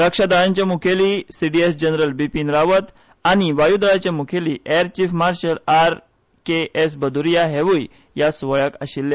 रक्षा दळांचे मुखेली CDS general Bipin Rawat आनी वायूदळाचे म्खेली air chief marshal R K S Bhadauria हेवूय ह्या स्वाळ्याक आशिल्ले